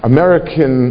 American